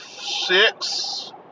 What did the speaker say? six